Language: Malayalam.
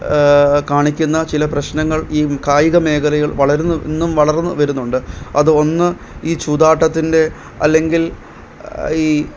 കാണിക്കുന്ന ചില പ്രശ്നങ്ങൾ ഈ കായിക മേഖലയിൽ വളരുന്നു ഇന്നും വളർന്നു വരുന്നുണ്ട് അത് ഒന്ന് ഈ ചൂതാട്ടത്തിൻ്റെ അല്ലങ്കിൽ ഈ